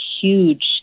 huge